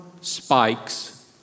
spikes